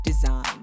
design